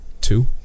two